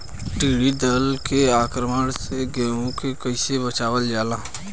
टिडी दल के आक्रमण से गेहूँ के कइसे बचावल जाला?